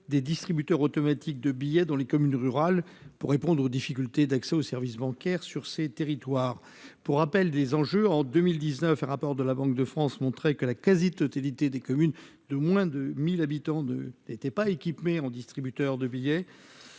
des distributeurs automatiques de billets dans les communes rurales pour répondre aux difficultés d'accès aux services bancaires sur ces territoires, pour rappel des enjeux en 2019 rapport de la Banque de France, montrer que la quasi-totalité des communes de moins de 1000 habitants de était pas équipé en distributeurs de billets